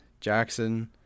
Jackson